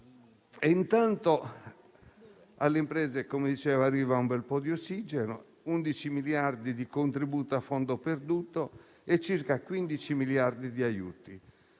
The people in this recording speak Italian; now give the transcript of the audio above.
dicevo, alle imprese arriva un bel po' di ossigeno: 11 miliardi di contributi a fondo perduto e circa 15 miliardi di aiuti.